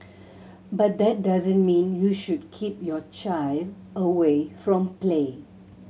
but that doesn't mean you should keep your child away from play